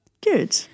Good